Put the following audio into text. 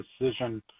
decision